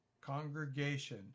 congregation